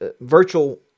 virtual